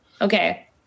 Okay